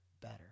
better